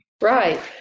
Right